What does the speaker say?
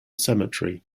cemetery